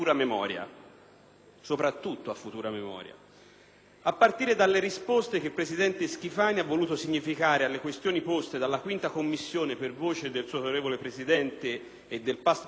soprattutto a futura memoria. Mi riferisco, innanzitutto, alle risposte che il presidente Schifani ha voluto significare alle questioni poste dalla 5ª Commissione, per voce del suo onorevole Presidente e del past Presidente,